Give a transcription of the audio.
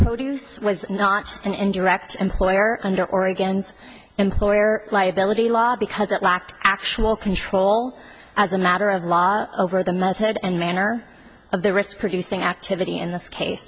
produce was not an indirect employer under oregon's employer liability law because it lacked actual control as a matter of law over the method and manner of the risk producing activity in this case